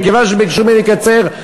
מכיוון שביקשו ממני לקצר,